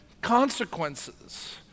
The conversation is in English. consequences